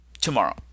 tomorrow